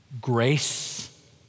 grace